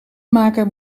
maken